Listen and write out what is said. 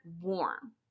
warm